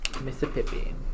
Mississippi